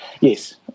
Yes